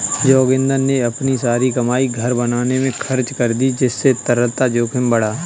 जोगिंदर ने अपनी सारी कमाई घर बनाने में खर्च कर दी जिससे तरलता जोखिम बढ़ा